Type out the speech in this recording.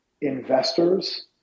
investors